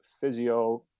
physio